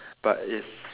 but it's